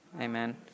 amen